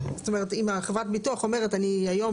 זאת אומרת אם חברת הביטוח אומרת: אני היום